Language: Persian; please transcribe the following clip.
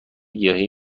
گیاهی